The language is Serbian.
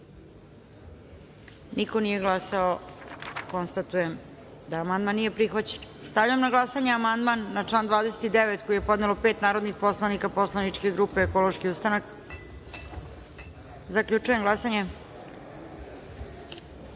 niko nije glasao. Konstatujem da amandman nije prihvaćen. Stavljam na glasanje amandman na član 9. koji je podnelo pet narodnih poslanika posleničke grupe Ekološki ustanak. Zaključujem glasanje: